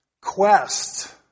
quest